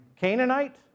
Canaanite